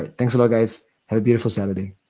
thanks a lot, guys. have a beautiful saturday.